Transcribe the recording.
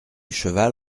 cheval